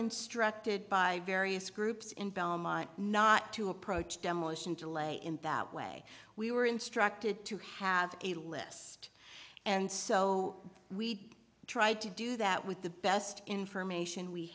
instructed by various groups in not to approach demolition delay in that way we were instructed to have a list and so we tried to do that with the best information we